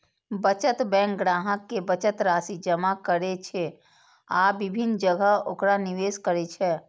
बचत बैंक ग्राहक के बचत राशि जमा करै छै आ विभिन्न जगह ओकरा निवेश करै छै